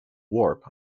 warp